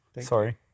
Sorry